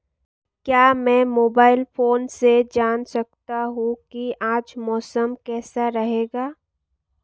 क्या मैं mobile phone से जान सकता हूँ कि आज मौसम कैसा रहेगा?